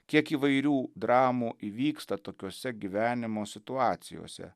kiek įvairių dramų įvyksta tokiose gyvenimo situacijose